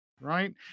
right